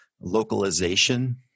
Localization